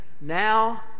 now